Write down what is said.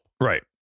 Right